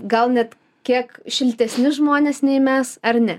gal net kiek šiltesni žmonės nei mes ar ne